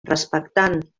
respectant